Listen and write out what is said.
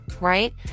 right